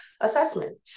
assessment